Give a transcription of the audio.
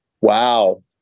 wow